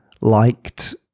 liked